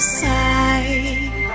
side